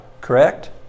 correct